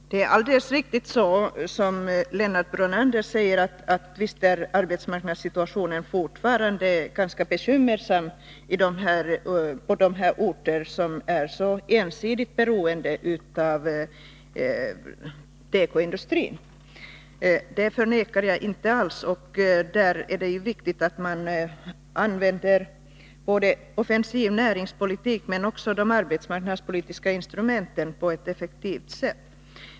Fru talman! Det är alldeles riktigt som Lennart Brunander säger att visst är arbetsmarknadssituationen fortfarande ganska bekymmersam på de orter som är ensidigt beroende av tekoindustrin. Det förnekar jag inte alls. Därför är det viktigt att man använder både offensiv näringspolitik och de arbetsmarknadspolitiska instrumenten på ett effektivt sätt.